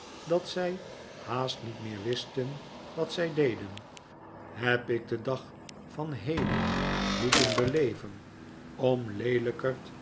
dat zij haast niet meer wisten wat zij deden heb ik den dag van heden moeten beleven om leelijkerd